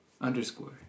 underscore